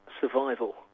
survival